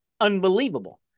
unbelievable